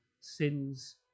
sins